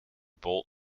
bolt